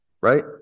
right